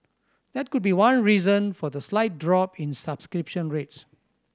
that could be one reason for the slight drop in subscription rates